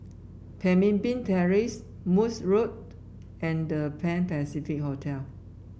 Pemimpin Terrace Morse Road and The Pan Pacific Hotel